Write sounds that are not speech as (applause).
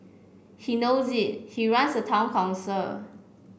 he knows (unintelligible) he runs a town council